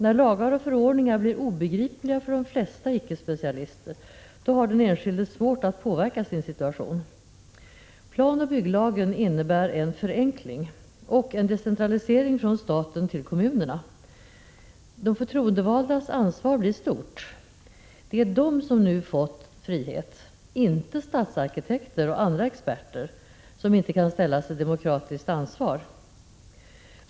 När lagar och förordningar blir obegripliga för de flesta icke specialister, då har den enskilde svårt att påverka sin situation. Planoch bygglagen innebär en förenkling och en decentralisering från staten till kommunerna. De förtroendevaldas ansvar blir stort. Det är de som nu fått frihet, inte stadsarkitekter och andra experter, som inte kan ställas till demokratiskt ansvar.